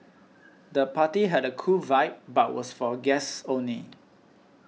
the party had a cool vibe but was for guests only